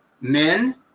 men